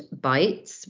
Bytes